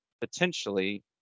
potentially